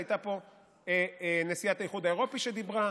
הייתה פה נשיאת האיחוד האירופי שדיברה,